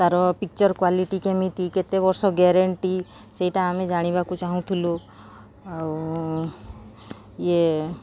ତାର picture quality କେମିତି କେତେ ବର୍ଷ ଗ୍ୟାରେଣ୍ଟି ସେଇଟା ଆମେ ଜାଣିବାକୁ ଚାହୁଁଥିଲୁ ଆଉ ଇଏ